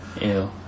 Ew